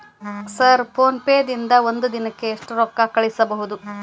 Sir PhonePe ದಿಂದ ಒಂದು ದಿನಕ್ಕೆ ಎಷ್ಟು ರೊಕ್ಕಾ ಕಳಿಸಬಹುದು?